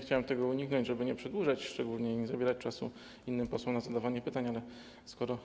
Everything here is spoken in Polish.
Chciałem tego uniknąć, żeby nie przedłużać, nie zabierać czasu innym posłom na zadawanie pytań, ale skoro